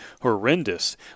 horrendous